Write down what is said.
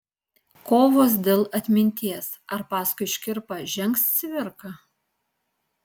kovos dėl atminties ar paskui škirpą žengs cvirka